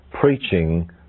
preaching